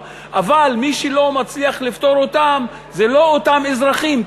אבל מי שלא מצליח לפתור אותן זה לא אותם אזרחים,